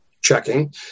checking